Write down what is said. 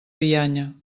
bianya